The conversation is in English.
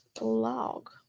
log